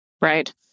Right